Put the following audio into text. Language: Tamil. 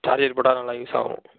சார்ஜர் போட்டால் நல்லா யூஸ் ஆகும்